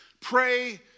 pray